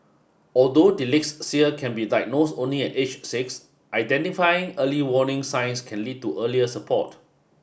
although dyslexia can be diagnosed only at age six identifying early warning signs can lead to earlier support